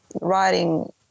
writing